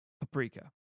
Paprika